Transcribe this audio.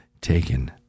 taken